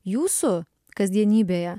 jūsų kasdienybėje